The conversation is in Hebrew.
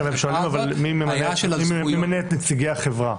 כן, אבל הם שואלים מי ממנה את נציגי החברה.